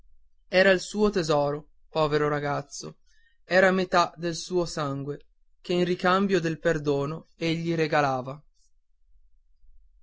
era il suo tesoro povero ragazzo era metà del suo sangue che in cambio del perdono egli regalava